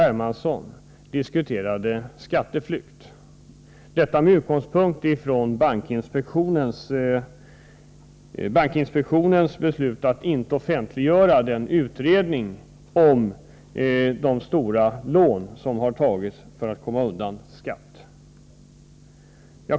Hermansson diskuterade skatteflykt — med utgångspunkt i bankinspektionens beslut att inte offentliggöra den utredning om de stora lån som tagits av människor för att de skall komma undan skatt.